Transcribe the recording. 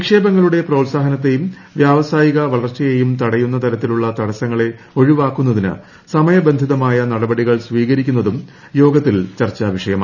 നിക്ഷേപങ്ങളുടെ പ്രോത്സാഹനത്തെയും വ്യാവസായിക് വളർച്ചയേയും തടയുന്ന തരത്തിലുള്ള തടസ്സങ്ങളെ ഒഴിവ്വാക്കുന്നതിന് സമയബന്ധിതമായ നടപടികൾ സ്വീകരിക്കുന്നതും യോഗത്തിൽ ചർച്ച വിഷയമായി